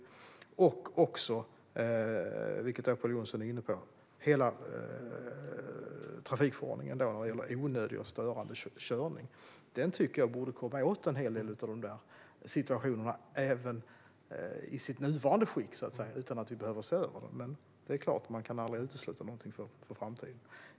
Det gäller också, vilket Pål Jonson är inne på, hela trafikförordningen med onödig och störande körning. Den tycker jag borde komma åt en hel del av dessa situationer även i sitt nuvarande skick, utan att vi behöver se över den. Men det är klart; man kan aldrig utesluta någonting för framtiden.